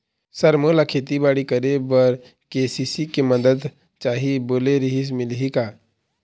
Sir मोला खेतीबाड़ी करेबर के.सी.सी के मंदत चाही बोले रीहिस मिलही का?